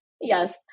Yes